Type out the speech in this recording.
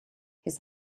his